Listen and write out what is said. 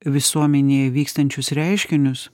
visuomenėje vykstančius reiškinius